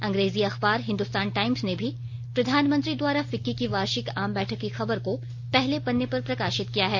अंग्रेजी अखबार हिंदुस्तान टाइम्स ने भी प्रधानमंत्री द्वारा फिक्की की वार्षिक आम बैठक की खबर को पहले पन्ने पर प्रकाशित किया है